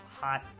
hot